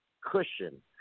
cushion